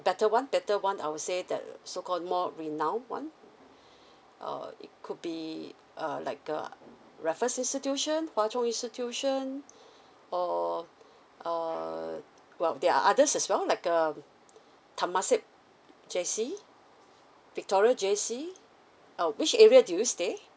better one better one I would say the so called more renown one err it could be uh like uh raffles institution hua chung institution or err well there are others as well like um temasek J_C victoria J_C uh which area do you stay